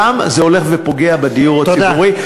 גם זה הולך ופוגע בדיור הציבורי,